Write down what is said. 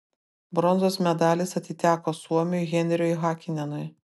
bronzos medalis atiteko suomiui henriui hakinenui